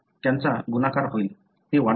त्यांचा गुणाकार होईल ते वाढतील